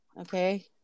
okay